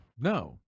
No